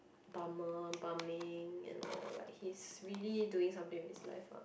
bummer bumming and all like he's really doing something with his life ah